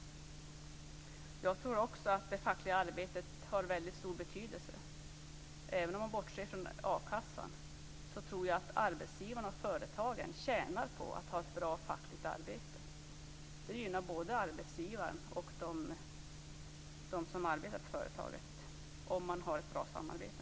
Jag tror också att det fackliga arbetet har väldigt stor betydelse. Även om man bortser från a-kassan tror jag att arbetsgivarna och företagen tjänar på att ha ett bra fackligt arbete. Det gynnar både arbetsgivaren och dem som arbetar på företaget om man har ett bra samarbete.